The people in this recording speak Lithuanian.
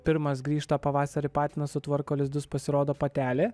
pirmas grįžta pavasarį patinas sutvarko lizdus pasirodo patelė